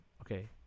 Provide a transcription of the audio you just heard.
Okay